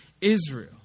Israel